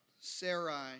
Sarai